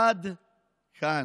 עד כאן.